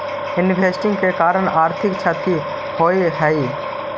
investing के कारण आर्थिक क्षति होवऽ हई